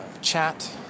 chat